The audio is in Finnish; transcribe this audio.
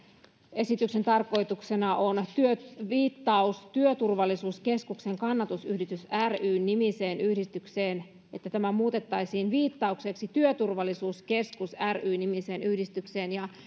esityksen tarkoituksena on että viittaus työturvallisuuskeskuksen kannatusyhdistys ry nimiseen yhdistykseen muutettaisiin viittaukseksi työturvallisuuskeskus ry nimiseen yhdistykseen